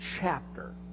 chapter